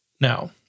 Now